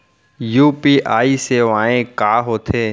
UPI सेवाएं का होथे?